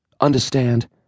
understand